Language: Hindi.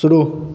शुरू